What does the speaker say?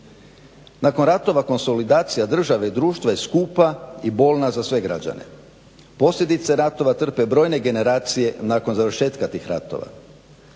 Nakon ratova konsolidacije države i društva je skupa i bolna za sve građane. Posljedice ratova trpe brojne generacije nakon završetka tih ratova.